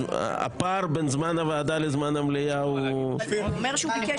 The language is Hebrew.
הפער בין זמן הוועדה לזמן המליאה הוא --- הוא אומר שהוא ביקש